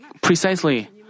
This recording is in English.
precisely